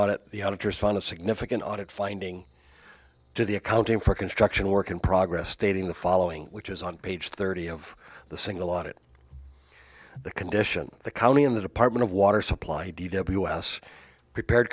audit the auditors found a significant audit finding to the accounting for construction work in progress stating the following which is on page thirty of the single audit the condition the county in the department of water supply us prepared